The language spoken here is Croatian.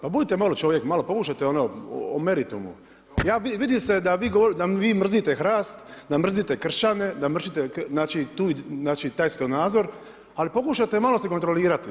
Pa budite malo čovjek, malo pokušajte ono o meritumu, vidi se da vi mrzite HRAST, da mrzite kršćane, da mrzite taj svjetonazor, ali pokušate malo se kontrolirati.